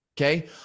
Okay